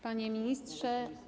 Panie Ministrze!